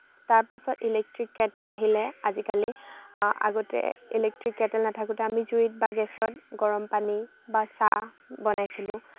তাৰপাছত electric kettle আহিলে আজিকালি আগতে ইলেক্ট্ৰিক কেটেল নাথাকোতে আমি জুইত বা গেছত গৰম পানী বা চাহ বনাইছিলোঁ